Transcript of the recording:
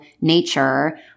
nature